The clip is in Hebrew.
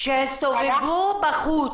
שהסתובבו בחוץ.